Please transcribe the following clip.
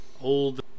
old